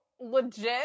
legit